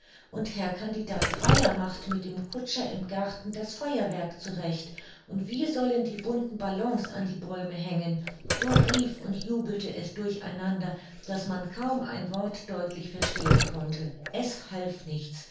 und herr candidat reier macht mit dem kutscher im garten das feuerwerk zurecht und wir sollen die bunten ballons an die bäume hängen so rief und jubelte es durch einander daß man kaum ein wort deutlich verstehen konnte es half nichts